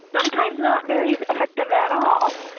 sometimes not very effective at all.